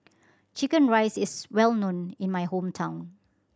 chicken rice is well known in my hometown